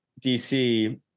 dc